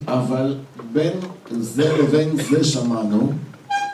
אבל בין זה לבין זה שמענו